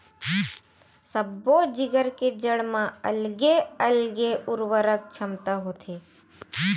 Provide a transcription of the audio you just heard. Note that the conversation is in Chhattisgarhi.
सब्बो जिगर के जड़ म अलगे अलगे उरवरक छमता होथे